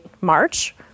March